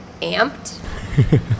amped